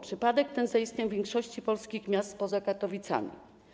Przypadek ten zaistniał w większości polskich miast poza Katowicami.